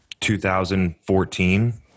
2014